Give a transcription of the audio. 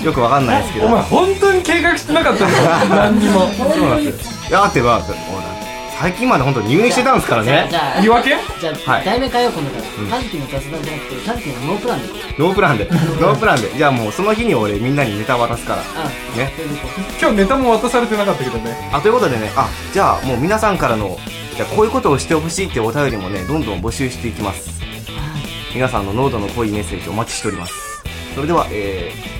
よくわかんないですけど。お前本当に計画してなかったのか。 何にも。そうなんですよ。いや、だって、まあ、もう最近まで本当に入院してたんですからね。じゃあ、じゃあ、じゃあ、言い訳？じゃあ、はい。題名変えよう、今度から。うん。短期の雑談じゃなくて、短期のノープランで。ノープランで。ノープランで。じゃあもうその日に俺みんなにネタ渡すから。ああ。ね。そういうこと。今日ネタも渡されてなかったけどね。あ、ということでね。あ、じゃあもう皆さんからの、じゃあこういうことをしてほしいっていうお便りもね、どんどん募集していきます。はい。皆さんの濃度の濃いメッセージお待ちしております。それでは、えー、